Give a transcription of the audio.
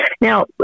now